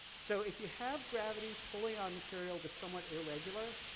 so, if you have gravity pulling on material that's somewhat irregular,